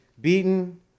beaten